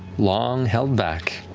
long held back,